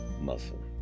muscle